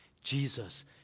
Jesus